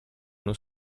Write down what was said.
uno